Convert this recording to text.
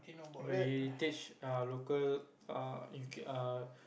where he teach are local err U_K err